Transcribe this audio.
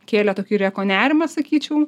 kėlė tokį reko nerimą sakyčiau